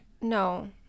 No